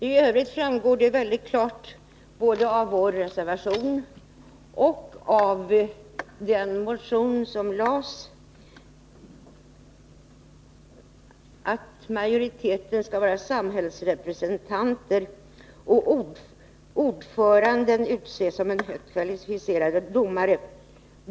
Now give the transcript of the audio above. I övrigt framgår det klart både av vår reservation och av motionen att majoriteten skall vara samhällsrepresentanter och att till ordförande skall utses en högt kvalificerad domare.